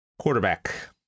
quarterback